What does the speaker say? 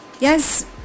yes